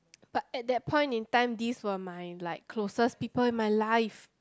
but at that point in time these were my like closest people in my life